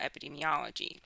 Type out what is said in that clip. Epidemiology